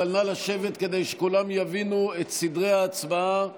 אבל נא לשבת כדי שכולם יבינו את סדרי ההצבעה